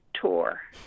tour